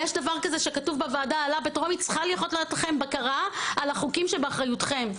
יש דבר כזה שכתוב בוועדה - צריכה להיות בקרה על החוקים שבאחריותכם.